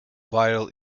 viral